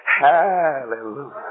Hallelujah